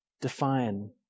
define